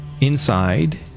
inside